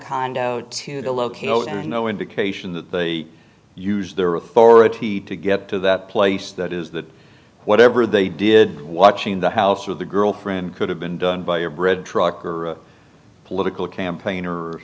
indication that they used their authority to get to the place that is that whatever they did watching the house with the girlfriend could have been done by your bread truck or a political campaign or